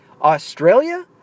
Australia